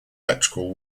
electoral